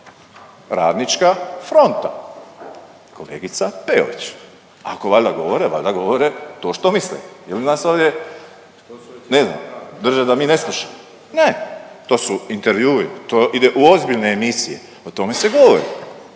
Radnička fonda, kolegica Peović, ako valjda govore valjda govore to što misle ili nas ovdje ne znam drže da mi ne slušamo. Ne, to su intervjuui, to ide u ozbiljne emisije, o tome se govori.